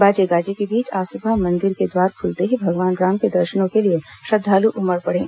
बाजे गाजे के बीच आज सुबह मंदिर के द्वार खुलते ही भगवान राम के दर्शनों के लिए श्रद्वालु उमड़ पड़े